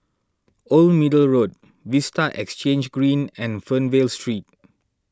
Old Middle Road Vista Exhange Green and Fernvale Street